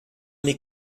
mes